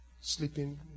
sleeping